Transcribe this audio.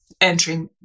entering